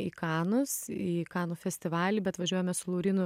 į kanus į kanų festivalį bet važiuojame su laurynu